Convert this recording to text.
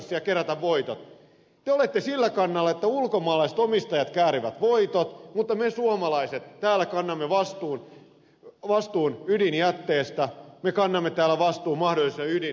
te olette sillä kannalla että ulkomaalaiset omistajat käärivät voitot mutta me suomalaiset täällä kannamme vastuun ydinjätteestä me kannamme täällä vastuun mahdollisista ydinriskeistä